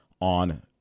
On